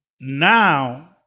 Now